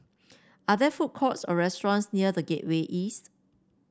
are there food courts or restaurants near The Gateway East